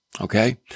Okay